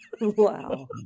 wow